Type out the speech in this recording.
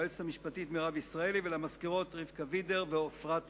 ליועצת המשפטית מירב ישראלי ולמזכירות רבקה וידר ואפרת מורלי.